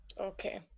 Okay